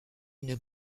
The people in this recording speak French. une